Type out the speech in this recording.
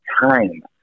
time